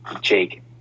Jake